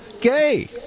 gay